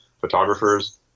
photographers